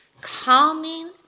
calming